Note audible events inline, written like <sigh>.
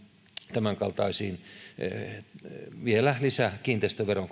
tämänkaltaisiin kiinteistöveron <unintelligible>